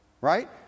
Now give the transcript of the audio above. Right